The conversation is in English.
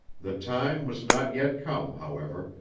the time was not yet come, however,